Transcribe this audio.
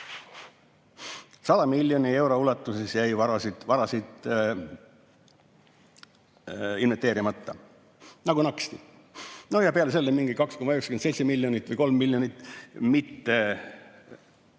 100 miljoni euro ulatuses jäi varasid inventeerimata, nagu naksti! Ja peale selle mingi 2,97 miljonit, [ligi] 3 miljonit